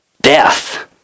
death